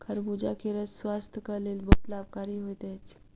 खरबूजा के रस स्वास्थक लेल बहुत लाभकारी होइत अछि